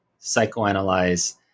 psychoanalyze